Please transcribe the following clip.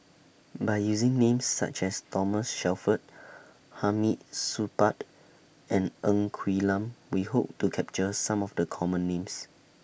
By using Names such as Thomas Shelford Hamid Supaat and Ng Quee Lam We Hope to capture Some of The Common Names